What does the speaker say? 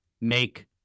make